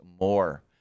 more